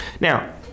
Now